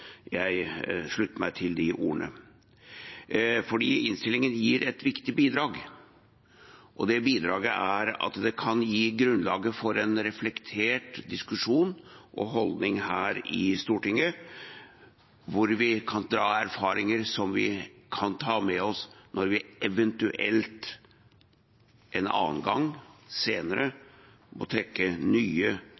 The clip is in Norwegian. Jeg slutter meg til de ordene. Innstillingen gir et viktig bidrag, og det bidraget er at det kan gi grunnlaget for en reflektert diskusjon og holdning her i Stortinget, hvor vi kan dra erfaringer som vi kan ta med oss når det eventuelt en annen gang, senere,